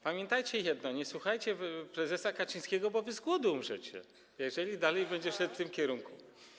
Pamiętajcie jedno: nie słuchajcie prezesa Kaczyńskiego, bo wy z głodu umrzecie, jeżeli dalej będzie szedł w tym kierunku.